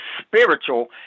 spiritual